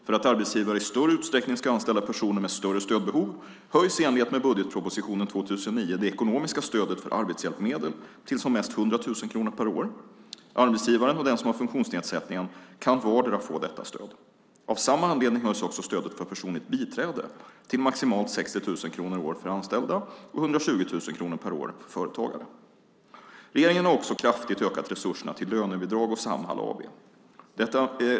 För att arbetsgivare i större utsträckning ska anställa personer med större stödbehov höjs i enlighet med budgetpropositionen 2009 det ekonomiska stödet för arbetshjälpmedel till som mest 100 000 kronor per år. Arbetsgivaren och den som har funktionsnedsättningen kan vardera få detta stöd. Av samma anledning höjs också stödet för personligt biträde till maximalt 60 000 kronor per år för anställda och 120 000 kronor per år för företagare. Regeringen har också kraftigt ökat resurserna till lönebidrag och Samhall AB.